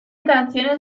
canciones